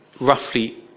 roughly